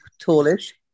tallish